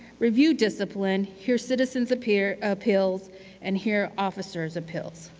review discipline, hear citizens appeals appeals and hear officers' appeals.